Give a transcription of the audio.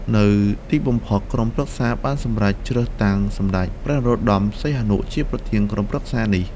នៅទីបំផុត ក្រុមប្រឹក្សាបានសម្រេចជ្រើសតាំងសម្ដេចព្រះនរោត្តម សីហនុ ជាប្រធានក្រុមប្រឹក្សានេះ។